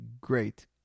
great